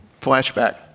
Flashback